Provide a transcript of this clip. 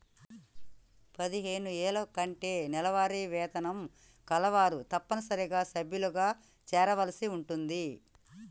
పదిహేను వేల కంటే నెలవారీ వేతనం కలవారు తప్పనిసరిగా సభ్యులుగా చేరవలసి ఉంటుంది